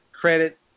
credit